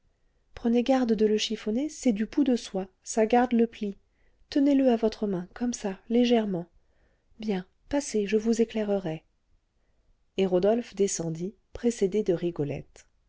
prenez garde de le chiffonner c'est du pou de soie ça garde le pli tenez le à votre main comme ça légèrement bien passez je vous éclairerai et rodolphe descendit précédé de rigolette